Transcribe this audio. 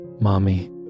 mommy